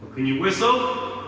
can you whistle?